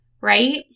Right